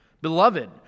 Beloved